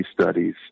studies